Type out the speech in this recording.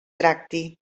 tracti